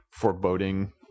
foreboding